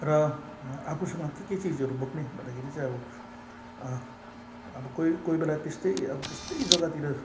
र आफूसँग के के चिजहरू बोक्ने भन्दाखेरि चाहिँ अब अब कोही कोही बेला त्यस्तै अब त्यस्तै जगातिर